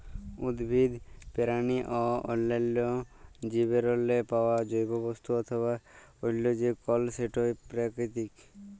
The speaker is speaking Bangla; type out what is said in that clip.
উদ্ভিদ, পেরানি অ অল্যাল্য জীবেরলে পাউয়া জৈব বস্তু অথবা অল্য যে কল সেটই পেরাকিতিক